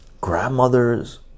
grandmothers